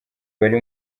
bari